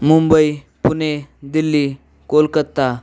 Mumbai Pune Delhi Kolkata